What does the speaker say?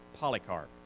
polycarp